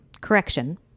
Correction